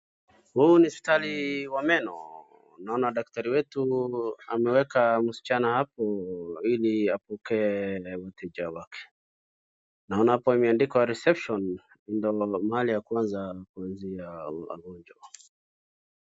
Huu ni hospitali wa meno. Tunaona daktari wetu ameweka msichana hapo ili apokee wateja wake. Naona hapo imeandikwa reception ndiyo mahali ya kwanza kuingia.